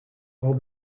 all